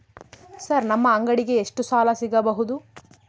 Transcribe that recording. Sir ನಮ್ಮ ಅಂಗಡಿಗೆ ಎಷ್ಟು ಸಾಲ ಸಿಗಬಹುದು?